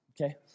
okay